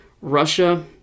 Russia